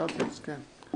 אישרתי לו, כן.